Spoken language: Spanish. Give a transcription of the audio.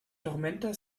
tormenta